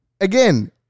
again